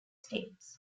states